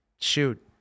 shoot